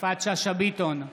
יפעת שאשא ביטון,